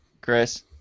Chris